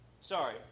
sorry